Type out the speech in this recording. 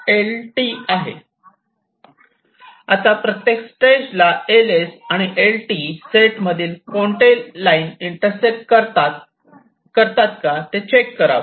आता प्रत्येक स्टेजला LS आणि LT सेट मधील कोणतेही लाईन इंटरसेक्ट करते का ते चेक करावे